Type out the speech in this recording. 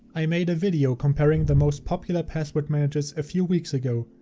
i made a video comparing the most popular password managers a few weeks ago,